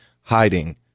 hiding